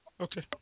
Okay